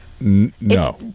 No